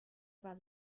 war